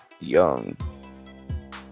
young